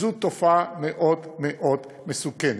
זו תופעה מאוד מאוד מסוכנת.